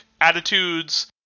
attitudes